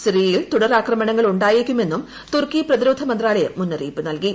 സിറിയയിൽ തുടർ ആക്രമണങ്ങൾ ഉണ്ടായേക്കുമെന്നും തുർക്കി പ്രതിരോധ മന്ത്രാലയം മുന്നറിയിപ്പ് നൽകി